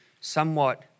somewhat